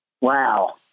Wow